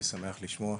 אני שמח לשמוע,